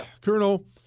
Colonel